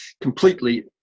completely